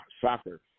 soccer